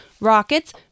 Rockets